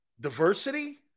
Diversity